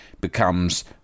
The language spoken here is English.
becomes